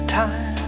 time